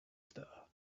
star